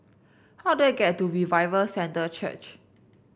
how do I get to Revival Center Church